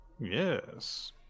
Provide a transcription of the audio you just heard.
Yes